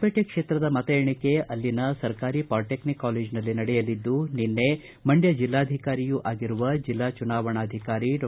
ಪೇಟೆ ಕ್ಷೇತ್ರದ ಮತ ಎಣಿಕೆ ಅಲ್ಲಿನ ಸರ್ಕಾರಿ ಪಾಲಿಟೆಕ್ಟಿಕ್ ಕಾಲೇಜಿನಲ್ಲಿ ನಡೆಯಲಿದ್ದು ನಿನ್ನೆ ಮಂಡ್ಕ ಜಿಲ್ಲಾಧಿಕಾರಿಯೂ ಆಗಿರುವ ಜಿಲ್ಲಾ ಚುನಾವಣಾಧಿಕಾರಿ ಡಾ